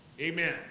Amen